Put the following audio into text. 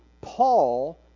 Paul